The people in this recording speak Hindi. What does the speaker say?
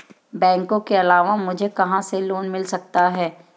बैंकों के अलावा मुझे कहां से लोंन मिल सकता है?